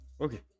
Okay